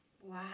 Wow